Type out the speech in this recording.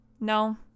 No